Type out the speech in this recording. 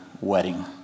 wedding